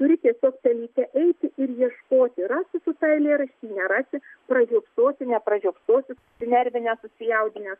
turi tiesiog ten eiti ir ieškoti rasi tu tą eilėraštį nerasi pražiopsosi nepražiopsosi susinervinęs susijaudinęs